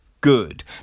good